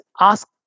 ask